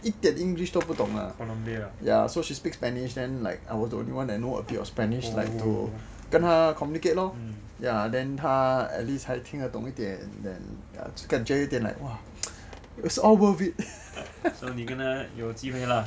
一点 english 都不懂的 ya so she speak spanish then I was the only one who know a bit of spanish like 跟她 communicate lor then 她 at least 还是听得懂一点 so 感觉一点 like !wah! it's all worth it